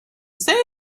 save